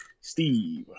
Steve